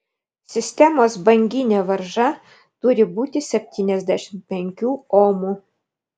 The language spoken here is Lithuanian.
sistemos banginė varža turi būti septyniasdešimt penkių omų